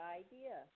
idea